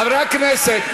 חברי הכנסת.